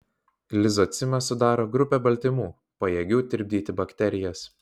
lizocimą sudaro grupė baltymų pajėgių tirpdyti bakterijas